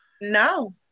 No